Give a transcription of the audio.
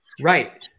Right